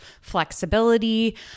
flexibility